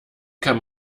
kann